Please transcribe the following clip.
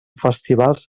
festivals